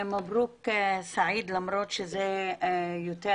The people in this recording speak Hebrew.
מברוק, סעיד, למרות שזה יותר